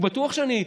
הוא בטוח שאני איתו.